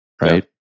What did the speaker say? right